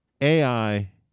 AI